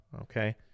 Okay